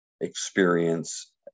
experience